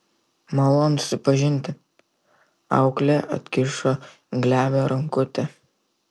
malonu susipažinti auklė atkišo glebią rankutę